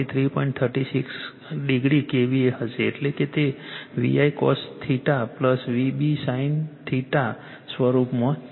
36o KVA હશે એટલે કે તે V I cos V b i sin સ્વરૂપમાં છે